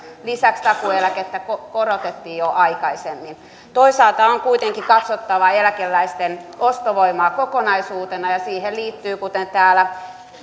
lisäksi takuueläkettä korotettiin jo aikaisemmin toisaalta on kuitenkin katsottava eläkeläisten ostovoimaa kokonaisuutena ja siihen liittyvät kuten täällä